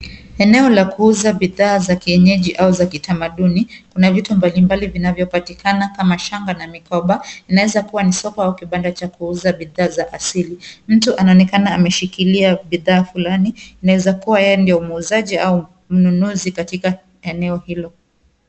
Eneo la kuuza bidhaa za kienyeji au za kitamaduni . Kuna vitu mbalimbali vinavyopatikana kama shanga na mikoba. Inaeza kuwe ni soko au kibanda acha kuuza bidhaa za asili. Mtu anaonekana ameshikilia bidhaa fulani. Inaeza yeye ndiye muuzaji au mnunuzi katika eneo hilo.